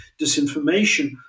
disinformation